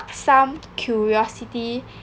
some curiosity